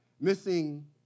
missing